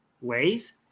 ways